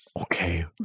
Okay